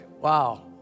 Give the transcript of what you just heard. wow